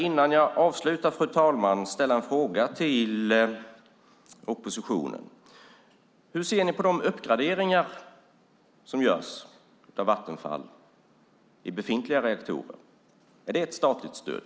Innan jag avslutar, fru talman, vill jag ställa en fråga till oppositionen: Hur ser ni på de uppgraderingar som görs av Vattenfall i befintliga reaktorer? Är det ett statligt stöd?